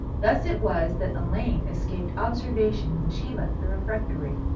thus it was that elaine escaped observation when she left the refectory.